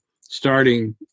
starting